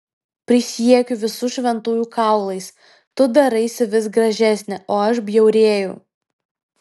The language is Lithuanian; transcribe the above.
prisiekiu visų šventųjų kaulais tu daraisi vis gražesnė o aš bjaurėju